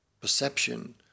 perception